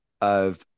of-